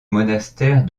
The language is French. monastère